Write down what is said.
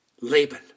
Laban